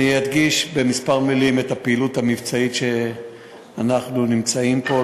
אני אדגיש בכמה מילים את הפעילות המבצעית שאנחנו נמצאים בה,